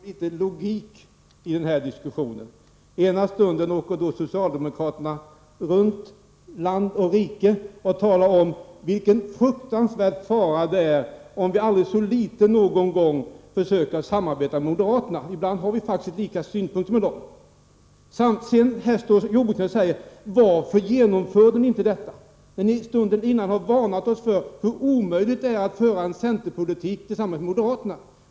Herr talman! Om vi skulle försöka få litet logik i den här diskussionen! Socialdemokraterna har åkt land och rike runt och talat om vilken fruktansvärd fara det är om vi aldrig så litet någon gång försöker samarbeta med moderaterna. Ibland har vi faktiskt samma synpunkter som de. Nu står jordbruksministern och säger: Varför genomförde ni inte detta? Stunden innan hade ni varnat oss och talat om hur omöjligt det är att föra en centerpolitik tillsammans med moderaterna.